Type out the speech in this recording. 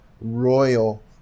royal